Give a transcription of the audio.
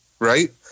Right